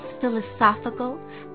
philosophical